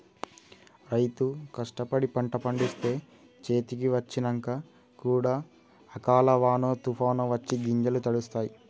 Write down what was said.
రైతు కష్టపడి పంట పండిస్తే చేతికి వచ్చినంక కూడా అకాల వానో తుఫానొ వచ్చి గింజలు తడుస్తాయ్